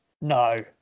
no